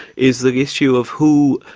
is the issue of who,